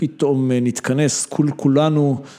פתאום נתכנס כולנו